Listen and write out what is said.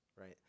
Right